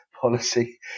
policy